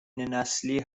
نسلی